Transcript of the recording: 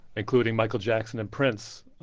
including michael jackson and prince.